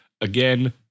Again